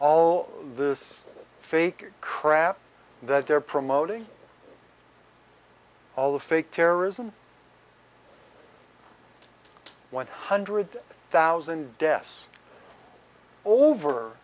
all this fake crap that they're promoting all the fake terrorism one hundred thousand deaths over